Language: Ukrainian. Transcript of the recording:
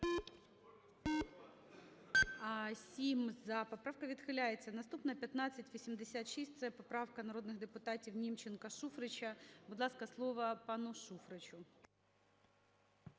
За-7 Поправка відхиляється. Наступна – 1586. Це поправка народних депутатівНімченка, Шуфрича. Будь ласка, слово пану Шуфричу.